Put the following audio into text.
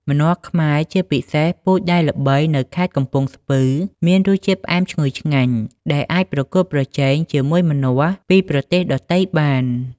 ម្នាស់ខ្មែរ ជាពិសេសពូជដែលល្បីនៅខេត្តកំពង់ស្ពឺ មានរសជាតិផ្អែមឈ្ងុយឆ្ងាញ់ ដែលអាចប្រកួតប្រជែងជាមួយម្នាស់ពីប្រទេសដទៃបាន។